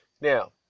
Now